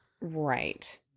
Right